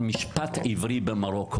על משפט עברי במרוקו.